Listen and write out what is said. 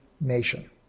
nation